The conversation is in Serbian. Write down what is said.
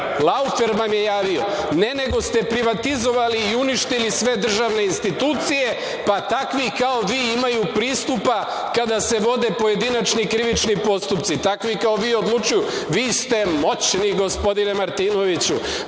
)Laufer vam je javio? Ne, nego ste privatizovali i uništili sve državne institucije, pa takvi kao vi imaju pristupa kada se vode pojedinačni krivični postupci. Takvi kao vi odlučuju. Vi ste moćni, gospodine Martinoviću.